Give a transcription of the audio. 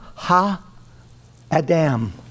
Ha-adam